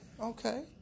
okay